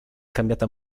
cambiata